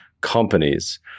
companies